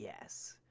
yes